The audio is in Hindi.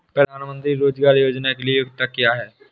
प्रधानमंत्री रोज़गार योजना के लिए योग्यता क्या है?